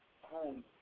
home